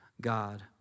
God